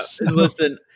listen